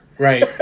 right